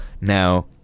Now